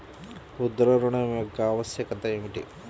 ముద్ర ఋణం యొక్క ఆవశ్యకత ఏమిటీ?